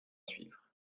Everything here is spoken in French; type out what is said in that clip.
suivre